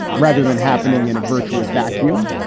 rather than happening in a virtuous vacuum,